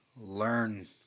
learn